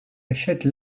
achète